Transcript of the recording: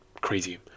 crazy